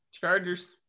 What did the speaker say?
Chargers